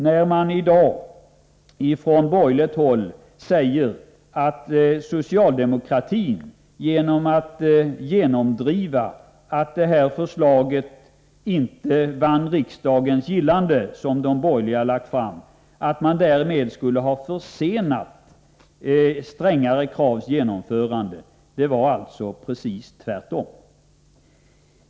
I dag gör man från borgerligt håll gällande att socialdemokratin genom att tillse att det förslag som de borgerliga lagt fram inte vann riksdagens gillande skulle ha försenat strängare kravs genomförande. Det var alltså precis tvärtom.